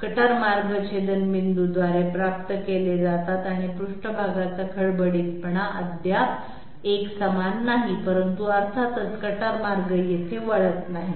cutter मार्ग छेदनबिंदूंद्वारे प्राप्त केले जातात आणि पृष्ठभागाचा खडबडीतपणा अद्याप एकसमान नाही परंतु अर्थातच कटर मार्ग येथे वळत नाहीत